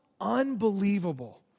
unbelievable